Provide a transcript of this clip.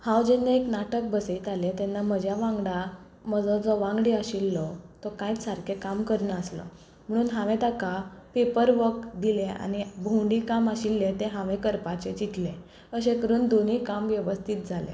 हांव जेन्ना एक नाटक बसयतालें तेन्ना म्हज्या वांगडा म्हजो जो वांगडी आशिल्लो तो कांयच सारकें काम करनासलो म्हुणून हांवें ताका पेपर वक दिलें आनी भोंवडी काम आशिल्लें तें हांवें करपाचें चिंतलें अशें करून देनूय काम वेवस्थीत जाल्या